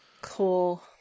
cool